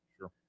Sure